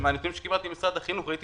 ומהנתונים שקיבלתי ממשרד החינוך, ראיתי